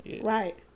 right